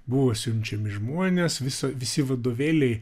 buvo siunčiami žmonės viso visi vadovėliai